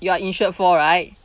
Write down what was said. you are insured for right